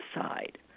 side